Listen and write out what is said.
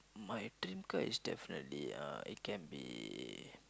my dream car is definitely uh it can be